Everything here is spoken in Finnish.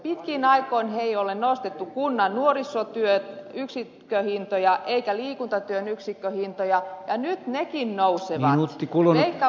pitkiin aikoihin ei ole nostettu kunnan nuorisotyön yksikköhintoja eikä liikuntatyön yksikköhintoja ja nyt nekin nousevat